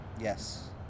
Yes